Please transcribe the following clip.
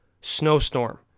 snowstorm